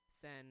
send